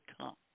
come